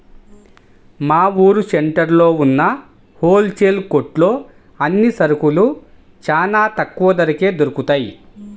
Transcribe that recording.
మా ఊరు సెంటర్లో ఉన్న హోల్ సేల్ కొట్లో అన్ని సరుకులూ చానా తక్కువ ధరకే దొరుకుతయ్